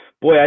Boy